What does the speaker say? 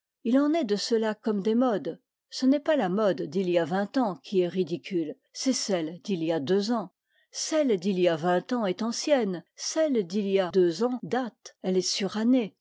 il en est de cela comme des modes ce n'est pas la mode d'il y a vingt ans qui est ridicule c'est celle d'il y a deux ans celle d'il y a vingt ans est ancienne celle d'il y a deux ans date elle est surannée